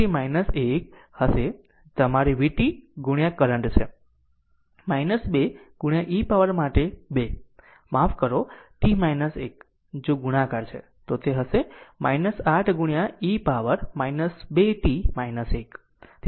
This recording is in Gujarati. છેલ્લો એક 4 e t 1 હશે જે તમારી vt કરંટ છે 2 e પાવર માટે 2 માફ કરો t 1 જો ગુણાકાર છે તો તે હશે 8 e પાવર 2 t 1